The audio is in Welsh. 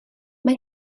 mae